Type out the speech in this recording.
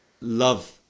love